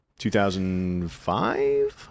2005